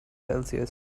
celsius